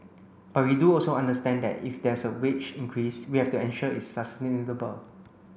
but we do also understand that if there is wage increase we have to ensure it's sustainable